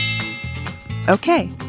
Okay